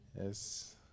Yes